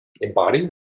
embody